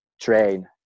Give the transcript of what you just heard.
train